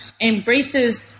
embraces